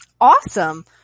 Awesome